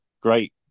great